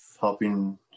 helping